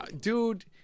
dude